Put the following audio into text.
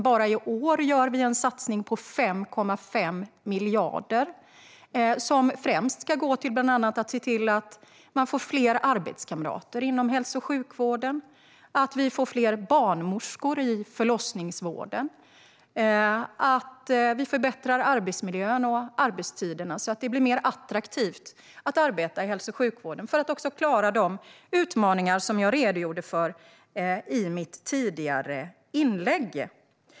Bara i år gör vi en satsning på 5,5 miljarder som främst ska gå till att bland annat se till att det blir fler arbetskamrater inom hälso och sjukvården, att det blir fler barnmorskor i förlossningsvården, att arbetsmiljön och arbetstiderna blir bättre så att det blir mer attraktivt att arbeta i hälso och sjukvården - för att klara de utmaningar jag redogjorde för i mitt tidigare inlägg.